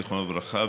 זיכרונו לברכה,